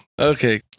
Okay